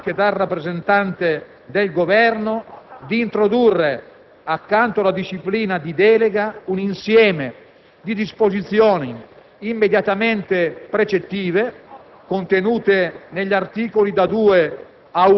da tutti i Gruppi e sostenuta anche dal rappresentante del Governo, di introdurre, accanto alla disciplina di delega, un insieme di disposizioni immediatamente precettive